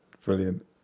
brilliant